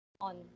on